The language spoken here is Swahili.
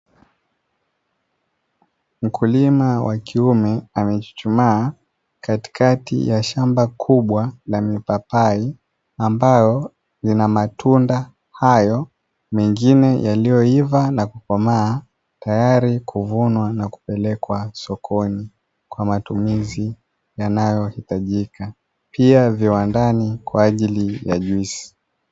Mkulima wa kiume amechuchumaa katikati ya shamba kubwa la mipapai ambayo lina matunda hayo mengine yaliyoi na kukomaa, tayari kuvunwa na kupelekwa sokoni kwa matumizi yanayo hitajika, pia viwandani kwa ajili ya juisi.